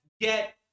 get